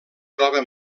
troba